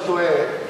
אם אני לא טועה,